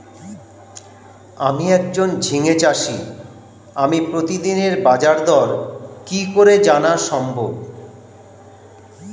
আমি একজন ঝিঙে চাষী আমি প্রতিদিনের বাজারদর কি করে জানা সম্ভব?